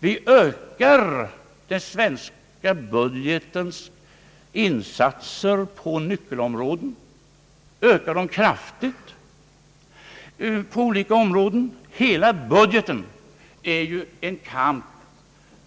Vi ökar kraftigt den svenska budgetens insatser på nyckelområden. Hela budgeten är ju ett uttryck